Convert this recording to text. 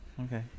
okay